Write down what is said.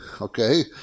okay